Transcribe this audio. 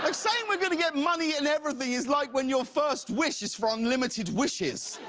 um saying we're going to get money and everything is like when your first wish is for unlimited wishes.